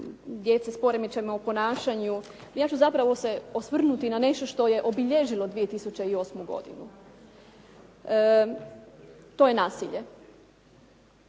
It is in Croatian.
djece s poremećajima u ponašanju. Ja ću zapravo se osvrnuti na nešto što je obilježilo 2008. godinu, to je nasilje.